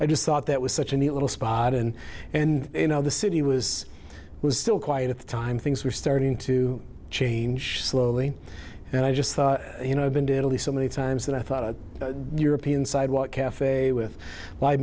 i just thought that was such a neat little spot in and you know the city was still quiet at the time things were starting to change slowly and i just thought you know i've been to italy so many times that i thought a european sidewalk cafe with my